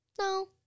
No